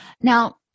Now